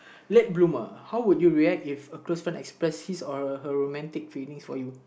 late bloomer how would you react if a close friend express his or her romantic feelings for you